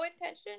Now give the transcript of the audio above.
intention